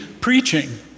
preaching